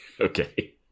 Okay